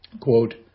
quote